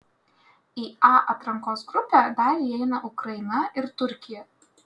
į a atrankos grupę dar įeina ukraina ir turkija